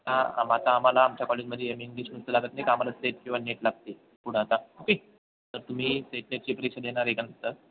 आता आमा आता आम्हाला आमच्या कॉलेजमध्ये एम ए इंग्लिश माणसं लागत नाही का आम्हाला सेट किंवा नेट लागते पुढं आता ओके तर तुम्ही सेट नेटची परीक्षा देणार आहे का नंतर